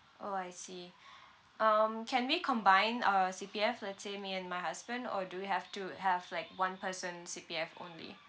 orh I see um can we combine uh C_P_F let's say me and my husband or do we have to have like one person C_P_F only